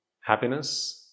happiness